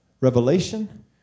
revelation